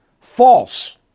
False